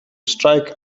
strike